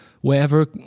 wherever